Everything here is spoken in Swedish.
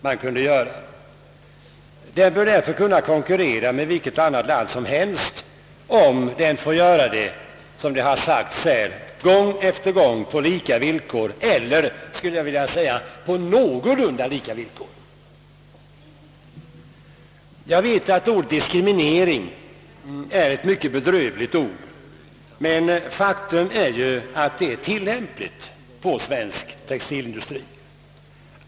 Vår textilindustri bör därför kunna konkurrera med vilket annat lands som helst förutsatt att den — som här sagts flera gånger — får göra det på lika villkor, jag skulle vilja säga på någorlunda lika villkor. Jag vet att ordet diskriminering är ett mycket bedrövligt ord men faktum är ju att det är tillämpligt på svensk textilindustri.